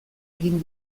egin